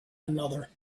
another